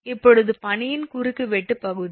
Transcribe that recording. இப்போது பனியின் குறுக்கு வெட்டு பகுதி